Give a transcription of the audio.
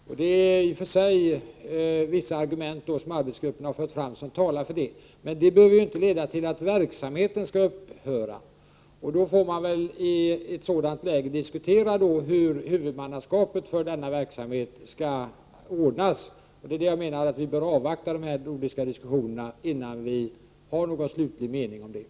Arbetsgruppen har i och för sig framfört en del argument som talar för detta, men det behöver inte leda till att verksamheten skall upphöra. I ett sådant läge får huvudmannaskapet diskuteras. Det är därför jag menar att vi bör avvakta diskussionerna med övriga nordiska länder innan vi har någon slutlig mening om detta.